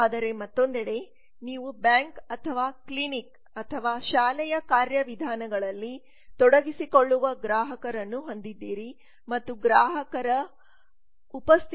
ಆದರೆ ಮತ್ತೊಂದೆಡೆ ನೀವು ಬ್ಯಾಂಕ್ ಅಥವಾ ಕ್ಲಿನಿಕ್ ಅಥವಾ ಶಾಲೆಯ ಕಾರ್ಯವಿಧಾನಗಳಲ್ಲಿ ತೊಡಗಿಸಿಕೊಳ್ಳುವ ಗ್ರಾಹಕರನ್ನು ಹೊಂದಿದ್ದೀರಿ ಮತ್ತು ಗ್ರಾಹಕರ ಉಪಸ್ಥಿತಿಯಿಲ್ಲದೆ